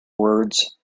words